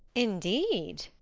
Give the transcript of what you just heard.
indeed?